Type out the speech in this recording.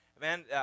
man